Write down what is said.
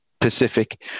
Pacific